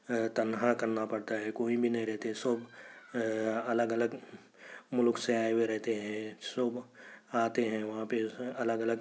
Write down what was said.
آ تنہا کرنا پڑتا ہے کوئی بھی نہیں رہتے سو الگ الگ مُلک سے آئے ہوئے رہتے ہیں سب آتے ہیں وہاں پہ الگ الگ